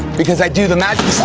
because i do the magic